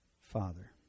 Father